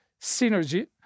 synergy